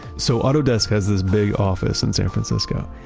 so autodesk has this big office in san francisco,